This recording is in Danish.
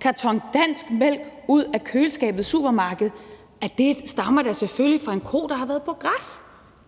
karton dansk mælk ud af køleskabet i supermarkedet, da selvfølgelig stammer fra en ko, der har været på græs.